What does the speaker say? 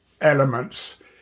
elements